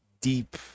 deep